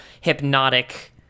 hypnotic